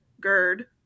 GERD